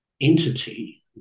entity